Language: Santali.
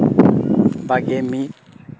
ᱵᱟᱜᱮ ᱢᱤᱫ